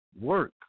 work